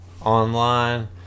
online